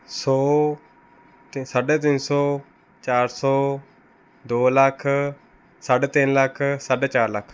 ਸੌ ਅਤੇ ਸਾਢੇ ਤਿੰਨ ਸੌ ਚਾਰ ਸੌ ਦੋ ਲੱਖ ਸਾਢੇ ਤਿੰਨ ਲੱਖ ਸਾਢੇ ਚਾਰ ਲੱਖ